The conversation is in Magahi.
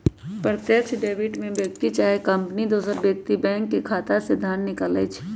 प्रत्यक्ष डेबिट में व्यक्ति चाहे कंपनी दोसर व्यक्ति के बैंक खता से धन निकालइ छै